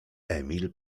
emil